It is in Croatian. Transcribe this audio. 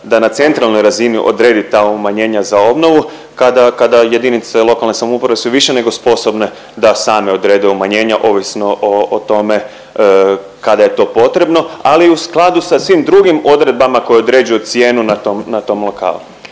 da na centralnoj razini odredi ta umanjenja za obnovu kada, kada jedinice lokalne samouprave su više nego sposobne da same odrede umanjenja ovisno o, o tome kada je to potrebno ali u skladu sa svim drugim odredbama koje određuju cijenu na tom, na